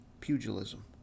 pugilism